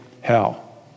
hell